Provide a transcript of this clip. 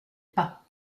pas